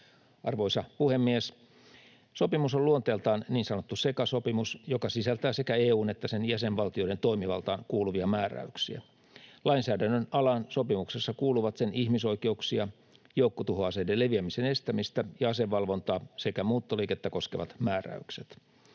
Arvoisa puhemies! Sopimus on luonteeltaan niin sanottu sekasopimus, joka sisältää sekä EU:n että sen jäsenvaltioiden toimivaltaan kuuluvia määräyksiä. Lainsäädännön alaan sopimuksessa kuuluvat sen ihmisoikeuksia, joukkotuhoaseiden leviämisen estämistä ja asevalvontaa sekä muuttoliikettä koskevat määräykset.